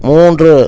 மூன்று